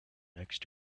next